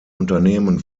unternehmen